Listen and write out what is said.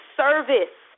service